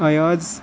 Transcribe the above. Ayaz